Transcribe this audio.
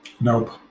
Nope